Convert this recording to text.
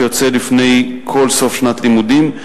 שיוצא לפני כל סוף שנת לימודים,